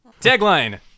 Tagline